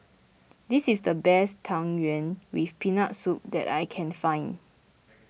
this is the best Tang Yuen with Peanut Soup that I can find